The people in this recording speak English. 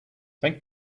thank